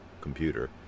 computer